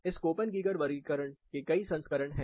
इस Koppen Geiger वर्गीकरण के कई संस्करण हैं